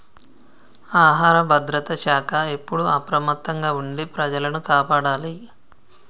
ఆహార భద్రత శాఖ ఎప్పుడు అప్రమత్తంగా ఉండి ప్రజలను కాపాడాలి